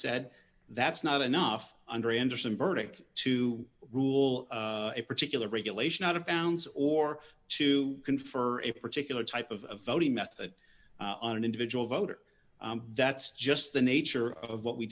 said that's not enough under anderson burdick to rule a particular regulation out of bounds or to confer a particular type of voting method on an individual voter that's just the nature of what we